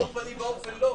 בשום פנים ואופן לא.